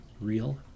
Real